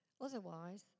Otherwise